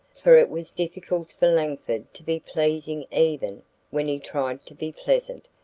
for it was difficult for langford to be pleasing even when he tried to be pleasant,